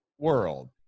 world